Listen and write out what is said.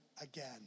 again